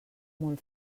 molt